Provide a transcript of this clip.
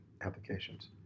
applications